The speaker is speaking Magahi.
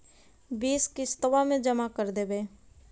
बिस किस्तवा मे जमा कर देवै?